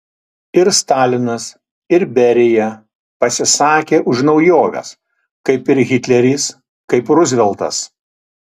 ir stalinas ir berija pasisakė už naujoves kaip ir hitleris kaip ruzveltas